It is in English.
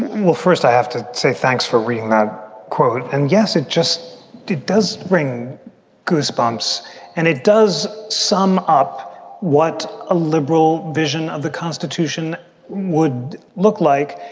well, first, i have to say thanks for reading that quote and yes, it just does bring goose bumps and it does sum up what a liberal vision of the constitution would look like.